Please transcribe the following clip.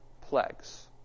plagues